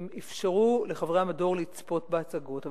הם אפשרו לחברי המדור לצפות בהצגות.